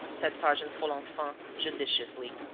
said sergeant folenfant, judiciously,